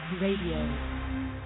Radio